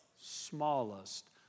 smallest